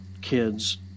kids